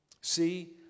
See